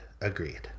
agreed